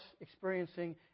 experiencing